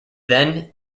then